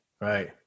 right